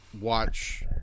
watch